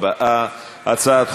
נתקבלה.